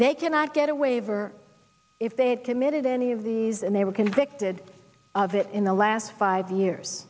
they cannot get a waiver if they had committed any of these and they were convicted of it in the last five years